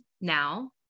now